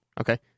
Okay